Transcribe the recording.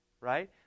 right